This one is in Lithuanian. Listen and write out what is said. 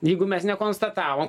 jeigu mes nekonstatavom